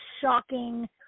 shocking